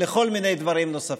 לכל מיני דברים נוספים,